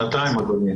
שנתיים, אדוני.